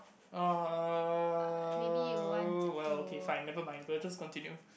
uh well okay fine nevermind we'll just continue